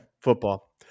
Football